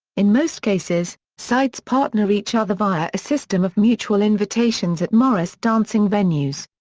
in most cases, sides partner each other via a system of mutual invitations at morris dancing venues.